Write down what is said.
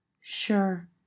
Sure